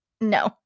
No